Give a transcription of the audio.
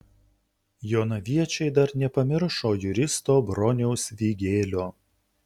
jonaviečiai dar nepamiršo juristo broniaus vygėlio